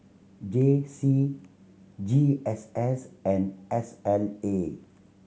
J C G S S and S L A